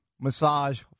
massage